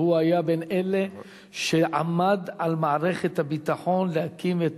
שהיה בין אלה שעמדו במערכת הביטחון על הקמת